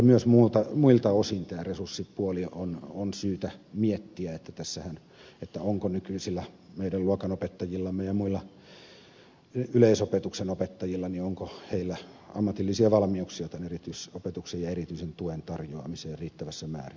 myös muilta osin tämä resurssipuoli on syytä miettiä onko meidän nykyisillä luokanopettajillamme ja muilla yleisopetuksen opettajillamme ammatillisia valmiuksia tämän erityisopetuksen ja erityisen tuen tarjoamiseen riittävässä määrin